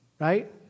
right